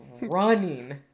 running